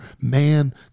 man